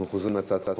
לפיכך, הצעת חוק